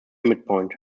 midpoint